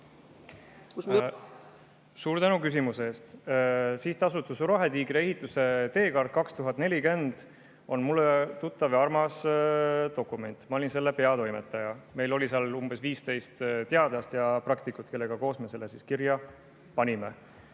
Suur tänu küsimuse eest! Sihtasutuse Rohetiiger ehituse teekaart 2040 on mulle tuttav ja armas dokument. Ma olin selle peatoimetaja. Meil oli seal umbes 15 teadlast ja praktikut, kellega koos me selle kirja panime.